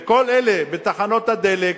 לכל אלה בתחנות הדלק,